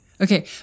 Okay